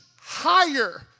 higher